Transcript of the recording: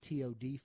TOD